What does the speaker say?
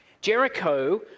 Jericho